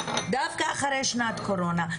דווקא אחרי שנת קורונה,